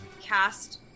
cast